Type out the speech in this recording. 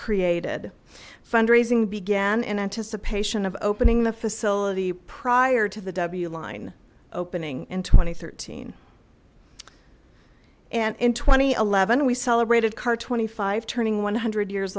created fund raising began in anticipation of opening the facility prior to the w line opening in two thousand and thirteen and in twenty eleven we celebrated car twenty five turning one hundred years